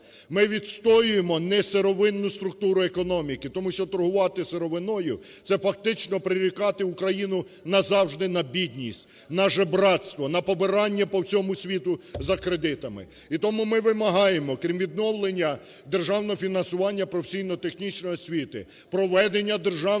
Ми відстоюємо не сировинну структуру економіки. Тому що торгувати сировиною – це фактично прирікати Україну назавжди на бідність, на жебрацтво, на побирання по всьому світу за кредитами. І тому ми вимагаємо крім відновлення державного фінансування професійно-технічної освіти проведення державної